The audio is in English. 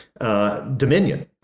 dominion